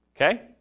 Okay